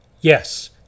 Yes